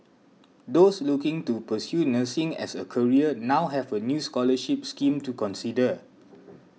those looking to pursue nursing as a career now have a new scholarship scheme to consider